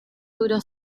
duró